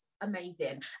amazing